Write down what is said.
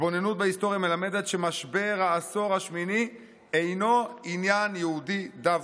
התבוננות בהיסטוריה מלמדת שמשבר העשור השמיני אינו עניין יהודי דווקא.